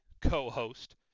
co-host